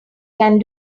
can